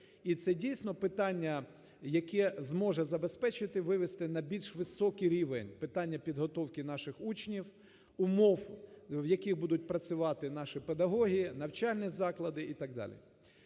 І це дійсно питання, яке зможе забезпечити вивести на більш високий рівень питання підготовки наших учнів, умов, в яких будуть працювати наші педагоги, навчальні заклади і так далі.